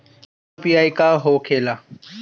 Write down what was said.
UPI का होखेला?